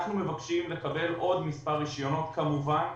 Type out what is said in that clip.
אנחנו מבקשים לקבל עוד מספר רישיונות, כמובן.